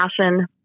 passion